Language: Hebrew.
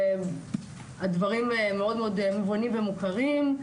הדברים מאוד מאוד מובנים ומוכרים,